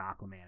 Aquaman